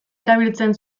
erabiltzen